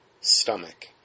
stomach